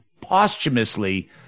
posthumously